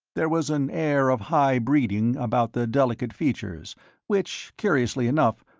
there was an air of high breeding about the delicate features which, curiously enough,